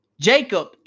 Jacob